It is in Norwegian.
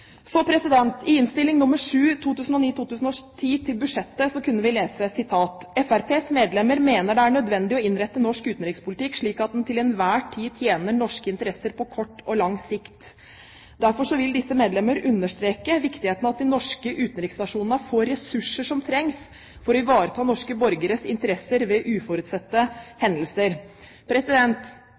I Innst. 7 S for 2009–2010, i budsjettinnstillengen, kunne vi lese at Fremskrittspartiets medlemmer «mener det er nødvendig å innrette norsk utenrikspolitikk slik at den til enhver tid tjener norske interesser på kort og lang sikt. Derfor vil disse medlemmer understreke viktigheten av at de norske utenriksstasjonene får de ressurser som trengs for å ivareta norske borgeres interesser ved uforutsette hendelser